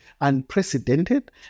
unprecedented